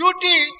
duty